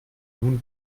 nun